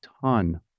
ton